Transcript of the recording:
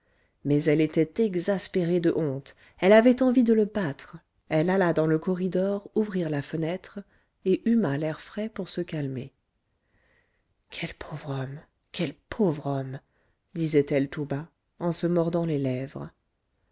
mais elle était exaspérée de honte elle avait envie de le battre elle alla dans le corridor ouvrir la fenêtre et huma l'air frais pour se calmer quel pauvre homme quel pauvre homme disait-elle tout bas en se mordant les lèvres